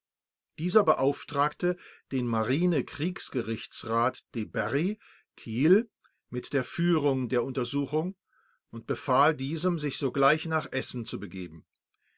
dieser beauftragte den marine kriegsgerichtsrat de bary kiel mit der führung der untersuchung und befahl diesem sich sogleich nach essen zu begeben